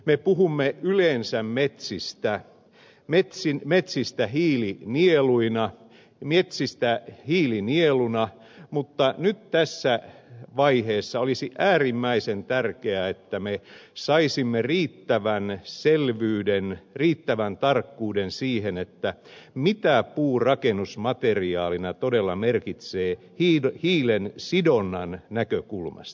me puhumme yleensä metsistä hiilinieluna mutta tässä vaiheessa olisi äärimmäisen tärkeää että me saisimme riittävän selvyyden riittävän tarkkuuden siihen mitä puu rakennusmateriaalina todella merkitsee hiilen sidonnan näkökulmasta